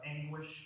anguish